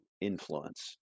influence